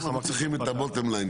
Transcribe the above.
אנחנו צריכים את ה-bottom line,